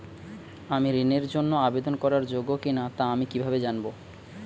আমি ঋণের জন্য আবেদন করার যোগ্য কিনা তা আমি কীভাবে জানব?